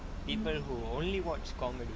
people who only watch comedy